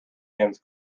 hands